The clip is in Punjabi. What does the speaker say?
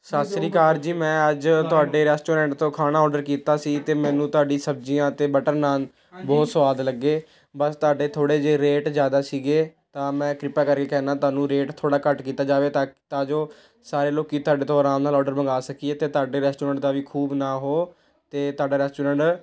ਸਤਿ ਸ਼੍ਰੀ ਅਕਾਲ ਜੀ ਮੈਂ ਅੱਜ ਤੁਹਾਡੇ ਰੈਸਟੋਰੈਂਟ ਤੋਂ ਖਾਣਾ ਔਰਡਰ ਕੀਤਾ ਸੀ ਅਤੇ ਮੈਨੂੰ ਤੁਹਾਡੀ ਸਬਜ਼ੀਆਂ ਅਤੇ ਬਟਰ ਨਾਨ ਬਹੁਤ ਸੁਆਦ ਲੱਗੇ ਬਸ ਤੁਹਾਡੇ ਥੋੜ੍ਹੇ ਜਿਹੇ ਰੇਟ ਜ਼ਿਆਦਾ ਸੀਗੇ ਤਾਂ ਮੈਂ ਕਿਰਪਾ ਕਰਕੇ ਕਹਿੰਦਾ ਤੁਹਾਨੂੰ ਰੇਟ ਥੋੜ੍ਹਾ ਘੱਟ ਕੀਤਾ ਜਾਵੇ ਤਾਂ ਤਾਂ ਜੋ ਸਾਰੇ ਲੋਕ ਕੀ ਤੁਹਾਡੇ ਤੋਂ ਆਰਾਮ ਨਾਲ ਔਰਡਰ ਮੰਗਾ ਸਕੀਏ ਅਤੇ ਤੁਹਾਡੇ ਰੈਸਟੋਰੈਂਟ ਦਾ ਵੀ ਖੂਬ ਨਾਂ ਹੋ ਅਤੇ ਤੁਹਾਡਾ ਰੈਸਟੋਰੈਂਟ